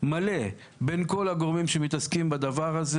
מלא בין כול הגורמים שמתעסקים בדבר הזה.